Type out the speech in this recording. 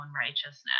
righteousness